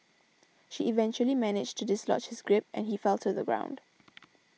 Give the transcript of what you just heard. she eventually managed to dislodge his grip and he fell to the ground